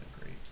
great